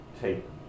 take